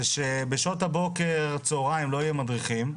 זה שבשעות הבוקר צוהריים לא יהיה מדריכים.